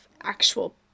actual